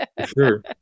Sure